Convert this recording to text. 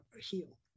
heal